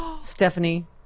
Stephanie